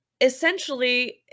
essentially